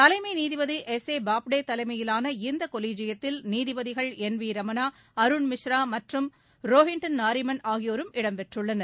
தலைமை நீதிபதி S A Bobde தலைமையிலான இந்த கொலிஜியத்தில் நீதிபதிகள் என் வி ரமணா அருண் மிஸ்ரா மற்றும் ரோஹின்டன் நாரிமன் ஆகியோரும் இடம் பெற்றுள்ளனர்